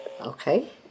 Okay